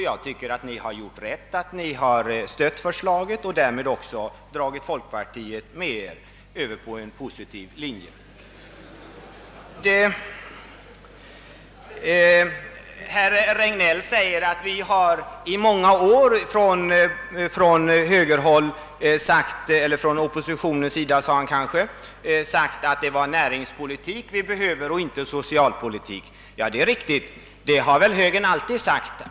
Jag tycker att ni gjort rätt i att stödja förslaget och därmed dra folkpartiet med er på en positiv linje. Herr Regnéll sade att man från oppositionens sida under många år har hävdat att vad vi behöver är näringspolitik, inte socialpolitik. Det är riktigt. Det har väl högern alltid sagt.